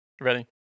Ready